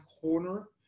corner